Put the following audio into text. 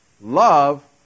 Love